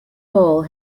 hole